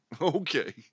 Okay